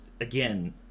again